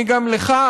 אני גם לך,